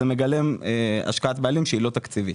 זה מגלם השקעת בעלים שהיא לא תקציבית.